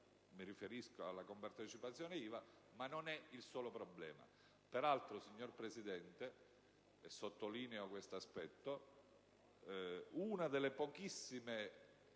Mi riferisco alla compartecipazione IVA, ma non è il solo problema.